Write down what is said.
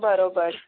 हं